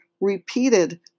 repeated